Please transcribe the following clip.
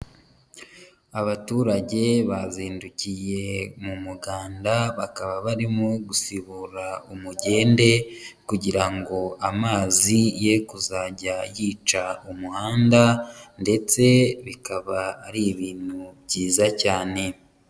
Abaturage bazindukiye mu muganda, bakaba barimo gusibura umugende, kugira ngo amazi ye kuzajya yica umuhanda ndetse bikaba ari ibintu byiza cyane.